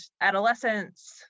adolescence